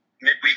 midweek